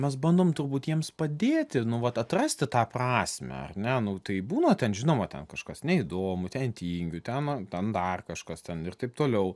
mes bandom turbūt jiems padėti nu vat atrasti tą prasmę ar ne nu tai būna ten žinoma ten kažkas neįdomu ten tingiu ten man ten dar kažkas ten ir taip toliau